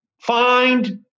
find